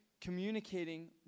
communicating